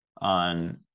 on